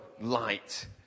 light